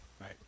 Right